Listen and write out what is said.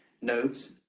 notes